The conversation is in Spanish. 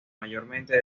mayormente